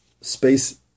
space